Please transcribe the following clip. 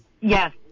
Yes